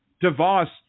DeVos